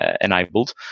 enabled